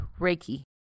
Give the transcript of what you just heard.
Reiki